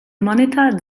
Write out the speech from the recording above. monitor